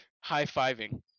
high-fiving